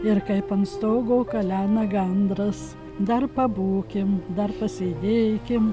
ir kaip ant stogo kalena gandras dar pabūkim dar pasėdėkim